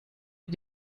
für